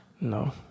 No